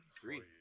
Three